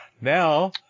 Now